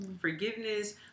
Forgiveness